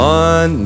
on